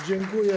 Dziękuję.